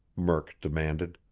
murk demanded.